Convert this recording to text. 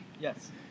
Yes